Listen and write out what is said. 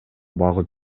багып